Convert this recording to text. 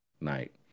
night